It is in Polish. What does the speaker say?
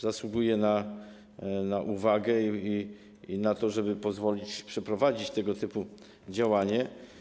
Zasługuje to na uwagę i na to, żeby pozwolić przeprowadzić tego typu działanie.